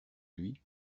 lui